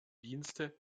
dienste